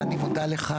ואני מודה לך,